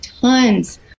tons